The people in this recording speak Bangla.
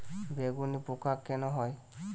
বেগুনে পোকা কেন হয়?